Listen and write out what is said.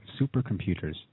supercomputers